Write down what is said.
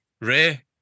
Ray